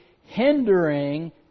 hindering